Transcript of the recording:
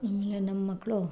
ಆಮೇಲೆ ನಮ್ಮ ಮಕ್ಕಳು